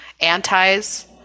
antis